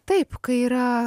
taip kai yra